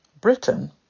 Britain